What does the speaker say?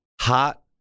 Hot